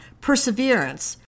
perseverance